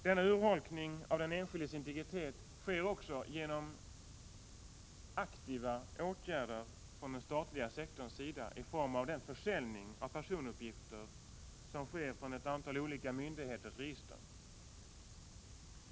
Denna urholkning av den enskildes integritet sker också genom aktiva åtgärder från den statliga sektorns sida, i form av den försäljning av personuppgifter som sker från ett antal olika myndigheters register.